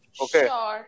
okay